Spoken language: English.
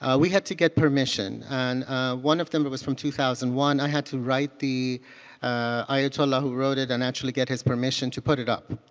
ah we had to get permission. and one of them but was from two thousand and one. i had to write the ayatollah who wrote it and actually get his permission to put it up.